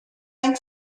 ein